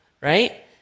right